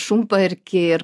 šunparky ir